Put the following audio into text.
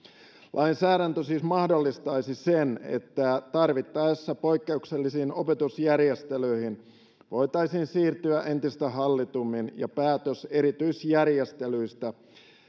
lainsäädäntö siis mahdollistaisi sen että tarvittaessa poikkeuksellisiin opetusjärjestelyihin voitaisiin siirtyä entistä hallitummin ja päätös erityisjärjestelyistä